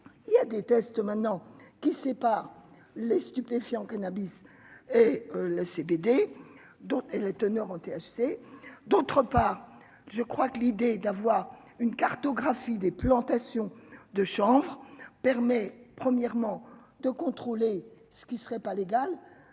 il y a des tests maintenant qui sépare les stupéfiants : cannabis et le CBD la teneur en THC, d'autre part, je crois que l'idée d'avoir une cartographie des plantations de chanvre permet premièrement de contrôler ce qui serait pas légal